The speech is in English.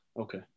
Okay